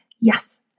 yes